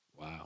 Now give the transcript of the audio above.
Wow